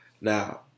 Now